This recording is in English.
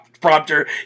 Prompter